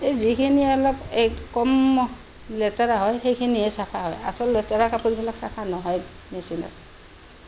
এই যিখিনি অলপ এই কম লেতেৰা হয় সেইখিনিহে চাফা হয় আচল লেতেৰা কাপোৰ বিলাক চাফা নহয় মেচিনত